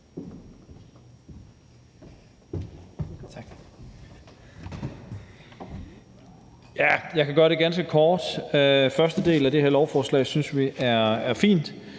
Jeg kan gøre det ganske kort. Første del af det her lovforslag omkring